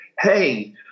Hey